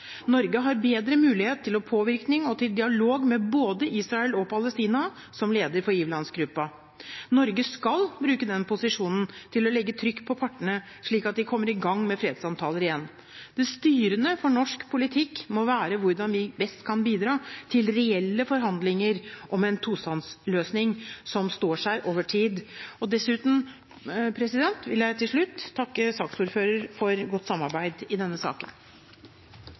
Norge har bedre muligheter til påvirkning og dialog med både Israel og Palestina som leder for giverlandsgruppen. Norge skal bruke den posisjonen til å legge trykk på partene slik at de kommer i gang med fredssamtaler igjen. Det styrende for norsk politikk må være hvordan vi best kan bidra til reelle forhandlinger om en tostatsløsning som står seg over tid. Til slutt vil jeg takke saksordføreren for et godt samarbeid i denne saken.